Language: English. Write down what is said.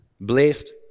Blessed